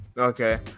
okay